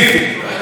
ספציפית,